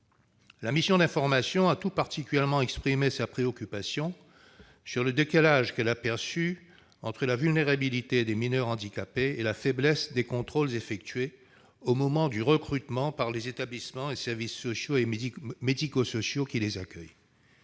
La mission d'information a tout particulièrement exprimé sa préoccupation sur le décalage qu'elle a perçu entre la vulnérabilité des mineurs handicapés et la faiblesse des contrôles effectués au moment du recrutement par les établissements et services sociaux et médico-sociaux qui les accueillent.